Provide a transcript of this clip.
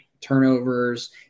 turnovers